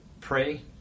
pray